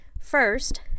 First